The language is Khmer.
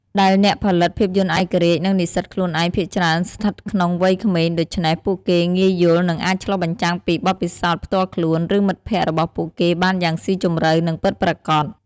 ដែលអ្នកផលិតភាពយន្តឯករាជ្យ និងនិស្សិតខ្លួនឯងភាគច្រើនស្ថិតក្នុងវ័យក្មេង ដូច្នេះពួកគេងាយយល់ និងអាចឆ្លុះបញ្ចាំងពីបទពិសោធន៍ផ្ទាល់ខ្លួន ឬមិត្តភក្តិរបស់ពួកគេបានយ៉ាងស៊ីជម្រៅ និងពិតប្រាកដ។